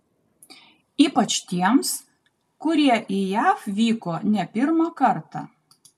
ypač tiems kurie į jav vyko ne pirmą kartą